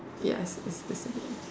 yes it is